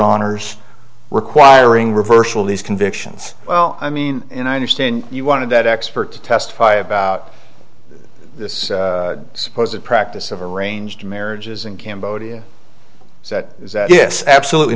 honor's requiring reversal these convictions well i mean and i understand you want to do that experts testify about this supposed practice of arranged marriages in cambodia that yes absolutely